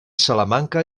salamanca